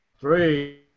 Three